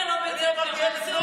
עשית לו בית ספר, מנסור.